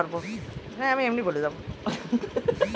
এলাকার বিভিন্ন বাজারের বাজারমূল্য সংক্রান্ত তথ্য কিভাবে জানতে পারব?